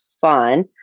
fun